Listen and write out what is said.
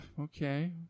okay